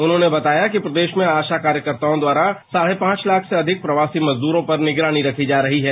उन्होंने बताया कि प्रदेश में आशा कार्यकर्ताओं द्वारा साढ़े पांच लाख से अधिक प्रवासी मजदूरों पर निगरानी रखी जा रही है